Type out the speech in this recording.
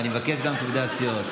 אני מבקש גם את עובדי הסיעות.